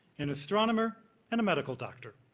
an astronomer and a medical doctor.